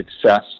success